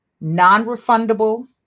non-refundable